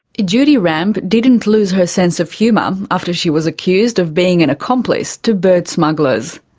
judy ram didn't lose her sense of humour after she was accused of being an accomplice to bird smugglers.